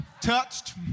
touched